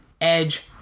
Edge